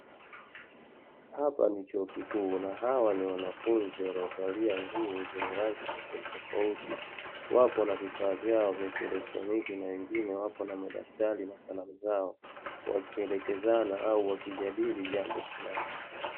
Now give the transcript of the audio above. Hapa ni chuo kikuu na hawa ni wanafunzi waliovalia nguo zenye rangi tofautitofauti. Wapo na vifaa vyao vya kieletroniki na wengine wapo na madaftari na kalamu zao, wakielekezana au wakijadili jambo fulani.